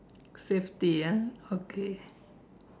safety ah okay